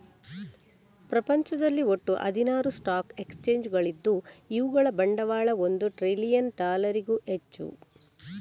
ಪ್ರಪಂಚದಲ್ಲಿ ಒಟ್ಟು ಹದಿನಾರು ಸ್ಟಾಕ್ ಎಕ್ಸ್ಚೇಂಜುಗಳಿದ್ದು ಇವುಗಳ ಬಂಡವಾಳ ಒಂದು ಟ್ರಿಲಿಯನ್ ಡಾಲರಿಗೂ ಹೆಚ್ಚು